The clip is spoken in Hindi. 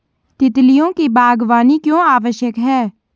तितलियों की बागवानी क्यों आवश्यक है?